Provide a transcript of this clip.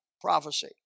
prophecy